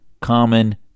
common